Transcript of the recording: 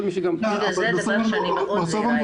זה דבר שאני זהירה בו מאוד.